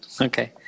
Okay